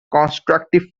constructive